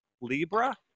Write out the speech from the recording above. Libra